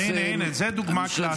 הינה, הינה, זו דוגמה קלאסית.